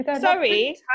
Sorry